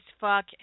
fuck